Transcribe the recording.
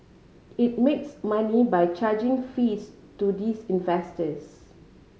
it makes money by charging fees to these investors